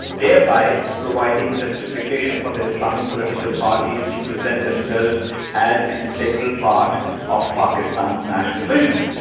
thereby providing justification for the islamic political parties to present themselves as an integral part of pakistan's national vision,